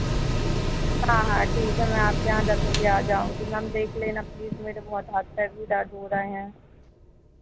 हाँ हाँ ठीक है मैं आपके यहाँ दस बजे आ जाऊँगी मैम देख लेना प्लीज़ मेरे बहुत हाथ पैर भी दर्द हो रहे हैं